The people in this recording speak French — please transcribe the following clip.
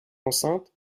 enceinte